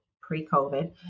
pre-COVID